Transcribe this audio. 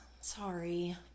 sorry